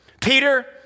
Peter